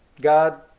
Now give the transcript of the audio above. God